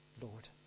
Lord